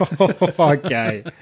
Okay